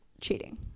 Cheating